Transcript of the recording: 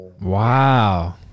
Wow